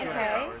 Okay